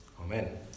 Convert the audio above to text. Amen